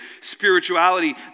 spirituality